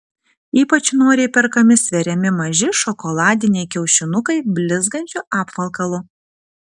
ypač noriai perkami sveriami maži šokoladiniai kiaušinukai blizgančiu apvalkalu